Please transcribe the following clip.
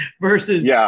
versus